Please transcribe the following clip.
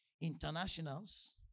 Internationals